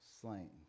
slain